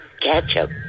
Ketchup